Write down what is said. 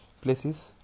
places